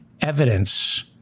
evidence